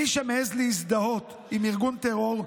מי שמעז להזדהות עם ארגון טרור,